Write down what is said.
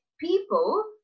people